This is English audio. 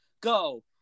go